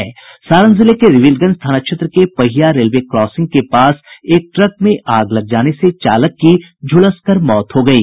सारण जिले के रिविलगंज थाना क्षेत्र के पहिया रेलवे क्रासिंग के पास एक ट्रक में आग लग जाने से चालक की झुलसकर मौत हो गयी